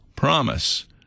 promise